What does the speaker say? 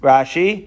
Rashi